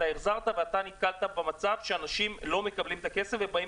אתה החזרת ונתקלת במצב שאנשים לא מקבלים את הכסף ובאים